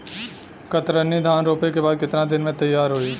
कतरनी धान रोपे के बाद कितना दिन में तैयार होई?